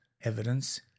evidence